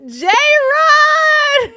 j-rod